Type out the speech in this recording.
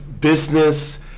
Business